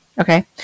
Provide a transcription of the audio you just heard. okay